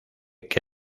que